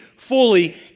fully